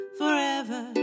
forever